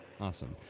Awesome